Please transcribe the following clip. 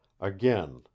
again